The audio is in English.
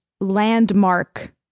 landmark